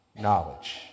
knowledge